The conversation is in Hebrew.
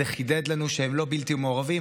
זה חידד לנו שהם לא בלתי מעורבים.